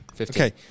Okay